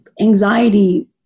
anxiety